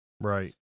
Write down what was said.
Right